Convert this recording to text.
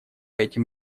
этим